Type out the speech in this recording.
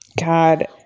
God